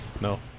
No